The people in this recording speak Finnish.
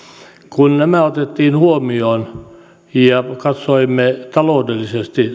kun nämä otettiin huomioon ja katsoimme taloudellisesti